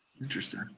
Interesting